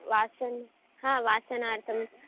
वासः हा वसनार्थं